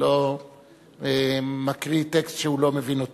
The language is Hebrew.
הוא לא מקריא טקסט שהוא לא מבין אותו.